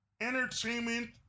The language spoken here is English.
entertainment